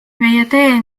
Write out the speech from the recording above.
meie